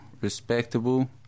respectable